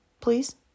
Please